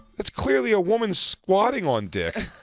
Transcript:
that's clearly a woman squatting on dick.